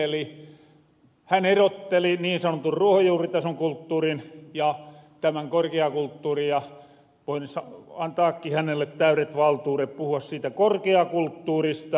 eli hän erotteli niin sanotun ruohonjuuritason kulttuurin ja tämän korkeakulttuurin ja voisin antaakin hänelle täydet valtuudet puhua siitä korkeakulttuurista